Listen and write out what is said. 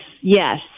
yes